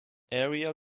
area